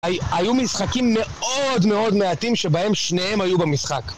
היו משחקים מאוד מאוד מעטים שבהם שניהם היו במשחק